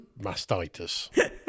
mastitis